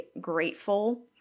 grateful